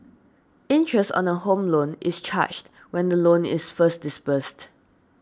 interest on a Home Loan is charged when the loan is first disbursed